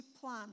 plan